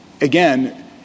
again